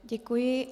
Děkuji.